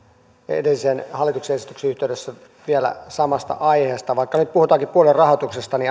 edellisen hallituksen esityksen yhteydessä vielä samasta aiheesta vaikka nyt puhutaankin puoluerahoituksesta niin